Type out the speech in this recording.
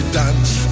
dance